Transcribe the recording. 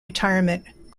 retirement